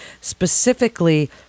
specifically